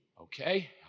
Okay